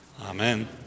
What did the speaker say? amen